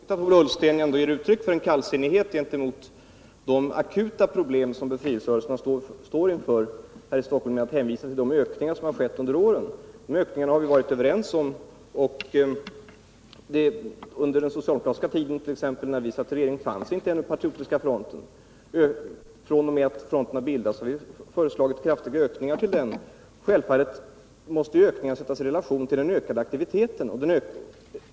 Herr talman! Jag tycker att det är tråkigt att Ola Ullsten ändå ger uttryck för en kallsinnighet för de akuta problem som befrielserörelserna står inför här i Stockholm genom att hänvisa till de ökningar som skett under åren. Dessa ökningar har vi varit överens om. När socialdemokraterna satt i regeringen fanns ännu inte Patriotiska fronten. Sedan fronten bildades har vi förslagit kraftiga ökningar av anslaget till den. Självfallet måste ökningarna sättas i relation till den ökade aktiviteten.